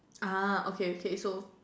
ah okay okay so